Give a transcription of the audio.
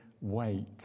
wait